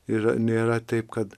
ir nėra taip kad